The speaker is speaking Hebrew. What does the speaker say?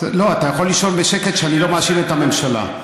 לא, אתה יכול לישון בשקט שאני לא מאשים את הממשלה.